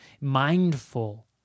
mindful